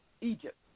Egypt